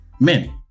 men